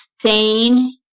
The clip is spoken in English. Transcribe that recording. sane